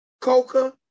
Coca